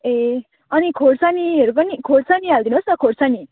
ए अनि खोर्सानीहरू पनि खोर्सानी हालिदिनुहोस् न खोर्सानी